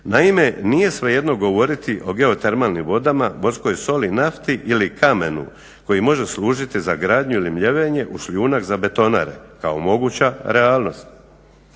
Naime, nije svejedno govoriti o geotermalnim vodama, morskoj soli, nafti ili kamenu koji može služiti za gradnju ili mljevenje u šljunak za betonare kao moguća realnost.